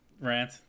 rant